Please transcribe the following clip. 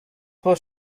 was